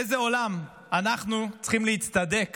באיזה עולם אנחנו צריכים להצטדק